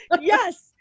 Yes